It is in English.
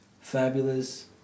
Fabulous